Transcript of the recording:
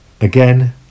Again